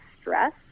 stress